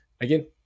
again